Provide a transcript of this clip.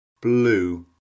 blue